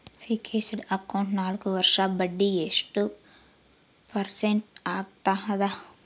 Fixed account ನಾಲ್ಕು ವರ್ಷಕ್ಕ ಬಡ್ಡಿ ಎಷ್ಟು ಪರ್ಸೆಂಟ್ ಆಗ್ತದ?